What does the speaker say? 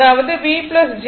அதாவது V jV ' i jI'